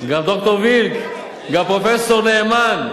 גם ד"ר וילף, גם פרופסור נאמן,